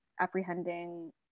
apprehending